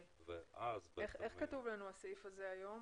איך כתוב הסעיף הזה היום?